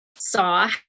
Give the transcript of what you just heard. saw